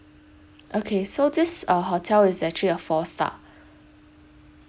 okay so this uh hotel is actually a four star